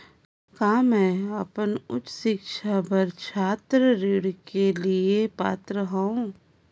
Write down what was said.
का मैं अपन उच्च शिक्षा बर छात्र ऋण के लिए पात्र हंव?